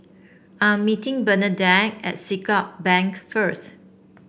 I'm meeting Bernadette at Siglap Bank first